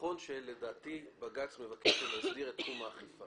נכון שלדעתי בג"ץ מבקש שנסדיר את תחום האכיפה